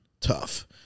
Tough